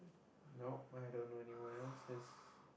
no I don't know anyone else he's